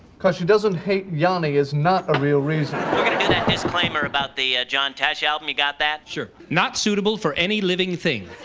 because she doesn't hate jani is not a real reason disclaimer about the ah john tesh album. he got that shirt not suitable for any living thing.